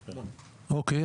אוקיי,